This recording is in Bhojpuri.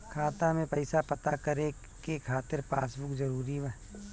खाता में पईसा पता करे के खातिर पासबुक जरूरी बा?